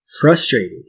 Frustrated